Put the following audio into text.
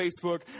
Facebook